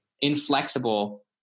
inflexible